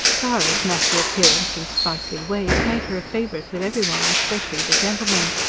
zara's natty appearance and sprightly ways made her a favourite with every one especially the gentlemen.